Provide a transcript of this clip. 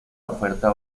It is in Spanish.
oferta